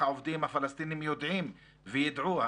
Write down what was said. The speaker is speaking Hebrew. איך העובדים הפלסטיניים יודעים וידעו?